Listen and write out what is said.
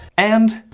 and.